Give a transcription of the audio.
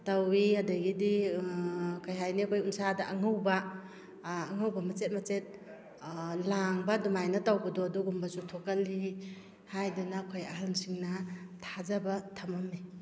ꯇꯧꯏ ꯑꯗꯨꯗꯒꯤꯗꯤ ꯀꯔꯤ ꯍꯥꯏꯅꯤ ꯑꯩꯈꯣꯏ ꯎꯟꯁꯥꯗ ꯑꯉꯧꯕ ꯑꯉꯧꯕ ꯃꯆꯦꯠ ꯃꯆꯦꯠ ꯂꯥꯡꯕ ꯑꯗꯨꯃꯥꯏꯅ ꯇꯧꯕꯗꯣ ꯑꯗꯨꯒꯨꯝꯕꯁꯨ ꯊꯣꯛꯀꯜꯂꯤ ꯍꯥꯏꯗꯅ ꯑꯩꯈꯣꯏ ꯑꯍꯜꯁꯤꯡꯅ ꯊꯥꯖꯕ ꯊꯝꯃꯝꯃꯤ